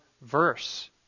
verse